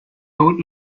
old